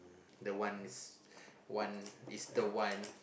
the one is one is the one